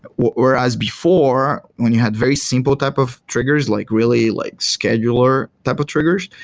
whereas before, when you had very simple type of triggers, like really, like scheduler type of triggers,